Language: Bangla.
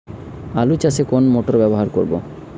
আলু চাষে কোন মোটর ব্যবহার করব?